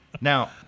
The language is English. Now